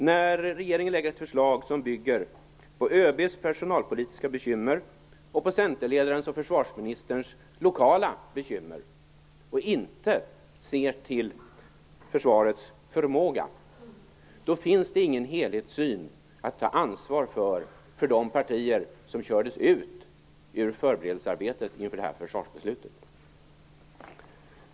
När regeringen lägger fram ett förslag som bygger på ÖB:s personalpolitiska bekymmer och på centerledarens och försvarsministerns lokala bekymmer och inte ser till försvarets förmåga, då finns det inte någon helhetssyn att ta ansvar för för de partier som kördes ut ur förberedelsearbetet inför detta försvarsbeslut.